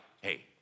hey